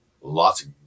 lots